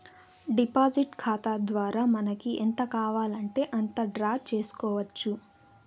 deposit ఖాతా ద్వారా మనకి ఎంత కావాలంటే అంత డ్రా చేసుకోవచ్చు